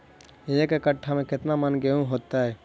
एक कट्ठा में केतना मन गेहूं होतै?